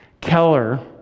Keller